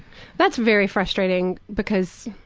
that's very frustrating because